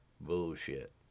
bullshit